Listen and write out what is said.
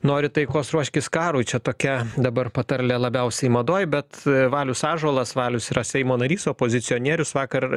nori taikos ruoškis karui čia tokia dabar patarlė labiausiai madoj bet valius ąžuolas valius yra seimo narys opozicionierius vakar